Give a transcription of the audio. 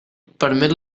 permet